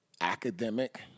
academic